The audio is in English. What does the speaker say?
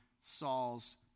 Saul's